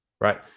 Right